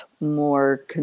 more